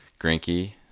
Grinky